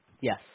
Yes